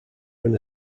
win